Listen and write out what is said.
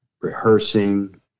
rehearsing